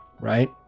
Right